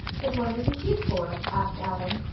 then what are you here for? asked adam.